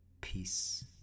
Peace